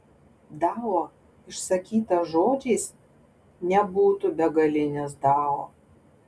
dao išsakytas žodžiais nebūtų begalinis dao